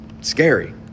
scary